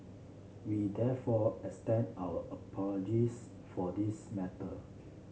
we therefore extend our apologies for this matter